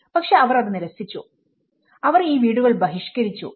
പക്ഷേ അവർ അത് നിരസിച്ചു അവർ ഈ വീടുകൾ ബഹിഷ്കരിച്ചു